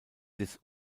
des